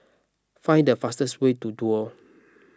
find the fastest way to Duo